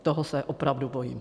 Toho se opravdu bojím.